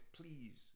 please